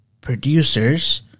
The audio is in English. producers